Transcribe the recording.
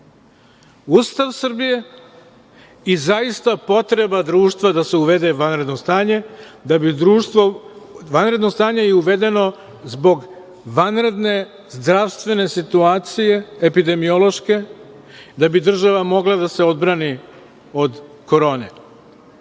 Ustav Srbije i zaista potreba društva da se uvede vanredno stanje, a vanredno stanje je uvedeno zbog vanredne zdravstvene situacije epidemiološke da bi država mogla da se odbrani od korone.